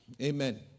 Amen